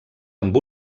amb